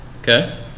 Okay